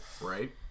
right